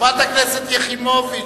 חברת הכנסת יחימוביץ,